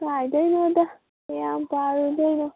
ꯀꯥꯏꯗꯩꯅꯣꯗ ꯀꯌꯥꯝ ꯄꯥꯔꯨꯗꯣꯏꯅꯣ